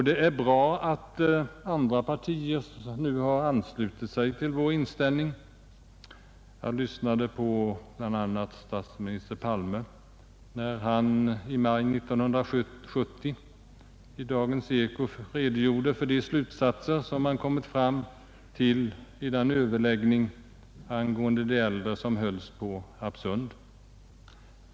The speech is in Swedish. Det är bra att andra partier nu har anslutit sig till vår inställning. Jag lyssnade bl.a. på statsminister Palme när han i maj 1970 i Dagens eko redogjorde för de slutsatser man hade kommit till i den överläggning angående de äldre som hölls på Harpsund.